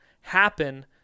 happen –